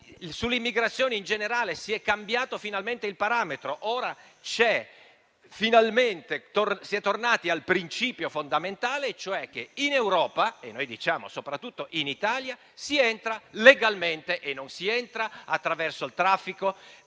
Sull'immigrazione in generale si è cambiato finalmente il parametro. Ora finalmente si è tornati al principio fondamentale, e cioè che in Europa - e noi diciamo soprattutto in Italia - si entra legalmente e non attraverso il traffico